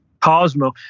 Cosmo